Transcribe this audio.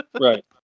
right